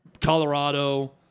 Colorado